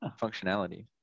functionality